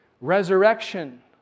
resurrection